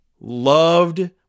loved